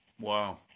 Wow